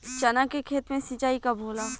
चना के खेत मे सिंचाई कब होला?